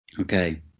Okay